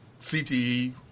CTE